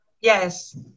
Yes